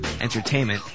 entertainment